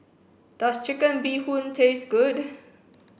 does chicken bee hoon taste good